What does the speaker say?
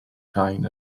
rhain